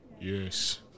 Yes